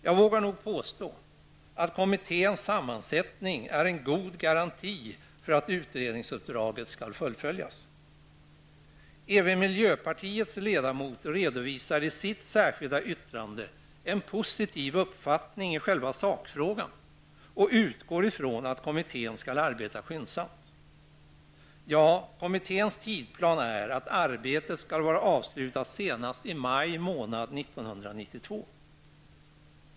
Jag vågar nog påstå att kommitténs sammansättning är en god garanti för att utredningsuppdraget skall fullföljas. Även miljöpartiets ledamot redovisar i sitt särskilda yttrande en positiv uppfattning i själva sakfrågan och utgår ifrån att kommittén skall arbeta skyndsamt. Ja, kommitténs tidplan är att arbetet skall vara avslutat senast i maj månad 1992.